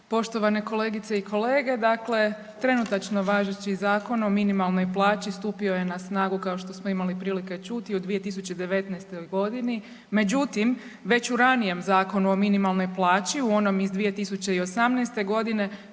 poštovane kolegice i kolege, dakle trenutačno važeći Zakon o minimalnoj plaći stupio je na snagu kao što smo imali prilike čuti u 2019. godini, međutim već u ranijem Zakonu o minimalnoj plaći u onom iz 2018. godine